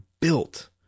built